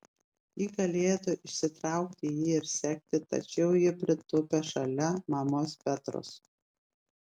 ji galėtų išsitraukti jį ir sekti tačiau ji pritūpia šalia mamos petros